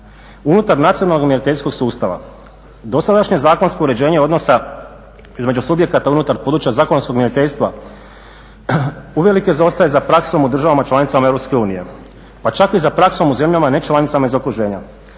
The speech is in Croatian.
unutar nacionalnog mjeriteljskog sustava. Dosadašnje zakonsko uređenje odnosa između subjekata unutar područja zakonskog mjeriteljstva uvelike zaostaje za praksom u državama članicama Europske unije, pa čak i za praksom u zemljama nečlanicama iz okruženja.